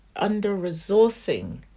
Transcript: under-resourcing